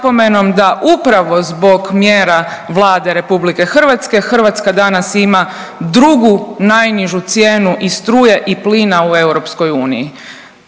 da upravo zbog mjera Vlade Republike Hrvatske, Hrvatska danas ima drugu najnižu cijenu i struje i plina u Europskoj uniji